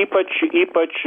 ypač ypač